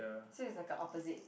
so it's like a opposite